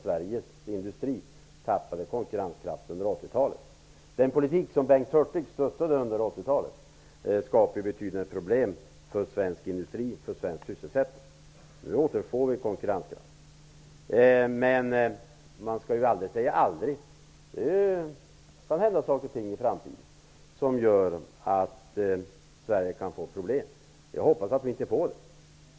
Sverige tappade ju konkurrenskraft under 80-talet. Den politik som Bengt Hurtig stöttade under 80 talet skapade betydande problem för den svenska industrin och för sysselsättningen. Nu återfår vi konkurrenskraften. Man skall aldrig säga aldrig. Det kan hända saker och ting i framtiden som gör att Sverige kan få problem. Jag hoppas att vi inte får det.